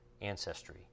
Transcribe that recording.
ancestry